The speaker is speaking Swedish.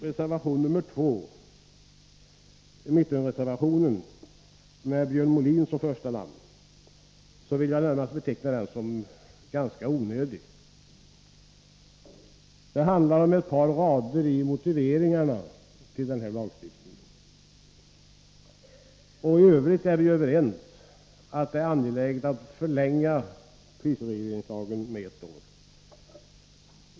Reservation 2, mittenreservationen med Björn Molin som första namn, vill jag närmast beteckna som ganska onödig. Den handlar om ett par rader i motiveringarna till den här lagstiftningen. I övrigt är vi överens om att det är angeläget att förlänga prisregleringslagen med ett år.